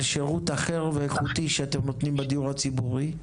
שירות אחר ואיכותי שאתם נותנים בדיור הציבורי,